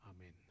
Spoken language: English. Amen